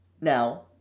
Now